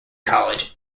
college